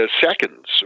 seconds